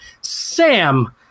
Sam